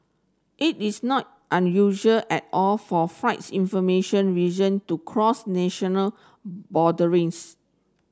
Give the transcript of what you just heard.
it is not unusual at all for flights information region to cross national boundaries